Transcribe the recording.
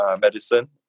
Medicine